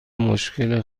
مشکل